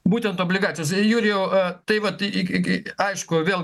būtent obligacijos jurijau tai vat į į ik ik aišku vėl